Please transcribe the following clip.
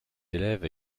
élèves